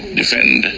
defend